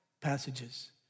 passages